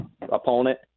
opponent